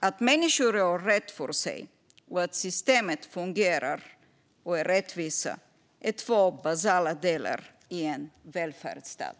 Att människor gör rätt för sig och att systemen fungerar och är rättvisa är två basala delar i en välfärdsstat.